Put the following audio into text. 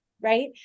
right